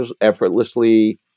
effortlessly